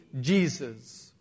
Jesus